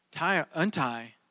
Untie